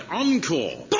encore